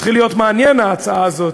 התחיל להיות מעניין, ההצעה הזאת,